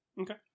Okay